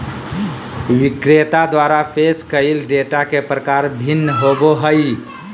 विक्रेता द्वारा पेश कइल डेटा के प्रकार भिन्न होबो हइ